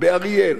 באריאל,